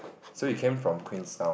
so you came from Queenstown